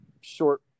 short